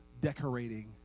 decorating